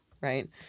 Right